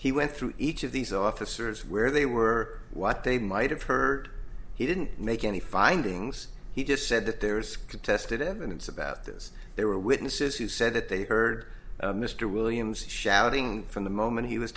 he went through each of these officers where they were what they might have heard he didn't make any findings he just said that there is contested evidence about this there were witnesses who said that they heard mr williams shouting from the moment he was